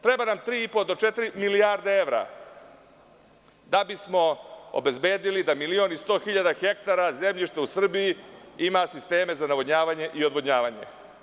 Treba nam 3,5 do četiri milijarde evra da bismo obezbedili da milion i 100 hiljada hektara zemljišta u Srbiji ima sisteme za navodnjavanje i odvodnjavanje.